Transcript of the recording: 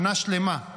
שנה שלמה.